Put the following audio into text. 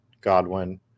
Godwin